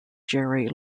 jerry